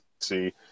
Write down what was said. see